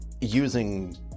using